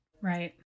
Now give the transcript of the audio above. Right